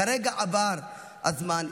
כרגע עבר הזמן,